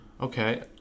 Okay